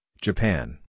Japan